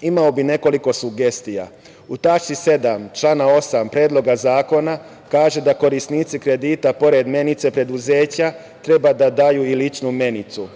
Imao bih nekoliko sugestija. U tački 7. člana 8. Predloga zakona kažete da korisnici kredita pored menice preduzeća treba da daju i ličnu menicu.